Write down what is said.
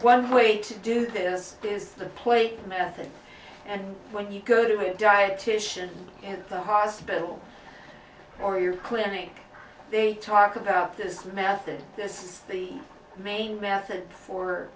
one way to do this is to play a method and when you go to a dietician and the hospital or your clinic they talk about this method is the main method for